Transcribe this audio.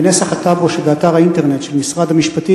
בנסח הטאבו שבאתר האינטרנט של משרד המשפטים